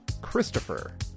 Christopher